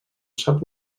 sap